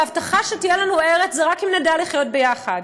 והבטחה שתהיה לנו ארץ זה רק אם נדע לחיות יחד.